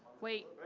wait.